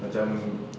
macam